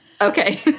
Okay